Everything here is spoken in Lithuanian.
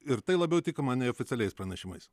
ir tai labiau tikima neoficialiais pranešimais